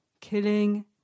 Killing